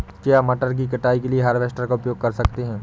क्या मटर की कटाई के लिए हार्वेस्टर का उपयोग कर सकते हैं?